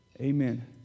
Amen